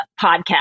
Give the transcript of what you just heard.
podcast